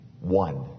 one